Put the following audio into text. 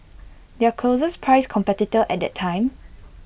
their closest priced competitor at that time